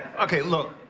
okay, look,